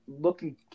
looking